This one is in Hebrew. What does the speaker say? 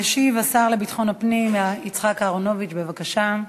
ישיב השר לביטחון הפנים יצחק אהרונוביץ, בבקשה,